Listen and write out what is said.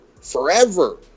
forever